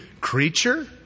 creature